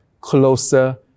closer